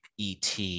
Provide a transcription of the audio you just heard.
ET